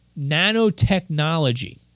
nanotechnology